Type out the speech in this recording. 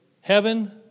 heaven